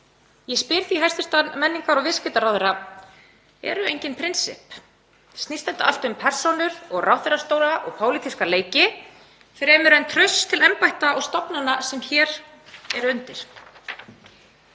Ég spyr því hæstv. menningar- og viðskiptaráðherra: Eru engin prinsipp? Snýst þetta allt um persónur, ráðherrastóla og pólitíska leiki fremur en traust til embætta og stofnana sem hér eru undir?